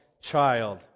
child